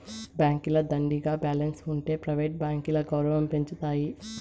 బాంకీల దండిగా బాలెన్స్ ఉంటె ప్రైవేట్ బాంకీల గౌరవం పెంచతాయి